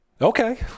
Okay